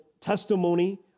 testimony